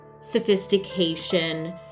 sophistication